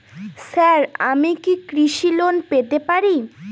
Sir আমি কি কৃষি লোন পেতে পারি?